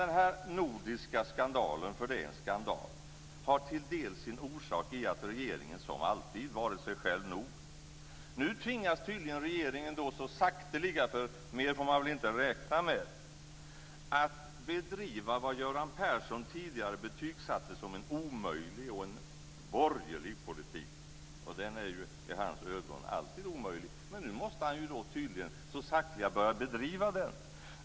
Den här nordiska skandalen - det är en skandal - har till del sin orsak i att regeringen som alltid varit sig själv nog. Nu tvingas tydligen regeringen så sakteliga - mer får man väl inte räkna med - att bedriva vad Göran Persson tidigare betygssatte som en omöjlig och borgerlig politik. Den är i hans ögon alltid omöjlig. Nu måste han tydligen så sakteliga börja bedriva den.